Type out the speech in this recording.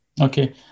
Okay